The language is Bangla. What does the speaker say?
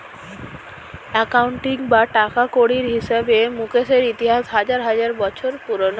অ্যাকাউন্টিং বা টাকাকড়ির হিসেবে মুকেশের ইতিহাস হাজার হাজার বছর পুরোনো